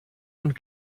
und